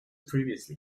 previously